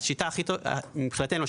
מבחינתנו,